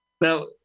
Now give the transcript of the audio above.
Now